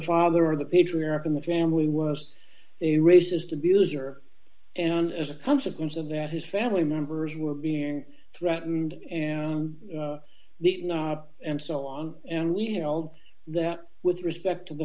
father of the patriarch in the family was a racist abuser and as a consequence of that his family members were being threatened and the and so on and we held that with respect to the